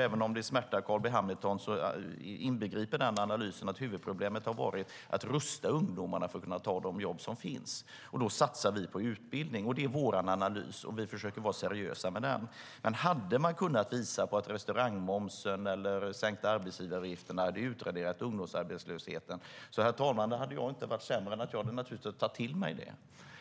Även om det smärtar Cal B Hamilton inbegriper den analysen att huvudproblemet har varit att rusta ungdomarna för att de ska kunna ta de jobb som finns. Vi satsar på utbildning. Det är vår analys, och vi försöker vara seriösa. Hade man kunnat visa på att restaurangmomsen eller sänkta arbetsgivaravgifter hade utraderat ungdomsarbetslösheten, herr talman, hade jag inte varit sämre än att jag naturligtvis hade tagit till mig det.